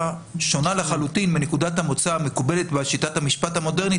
שונה לחלוטין מנקודת המוצא המקובלת בשיטת המשפט המודרנית.